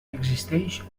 existeix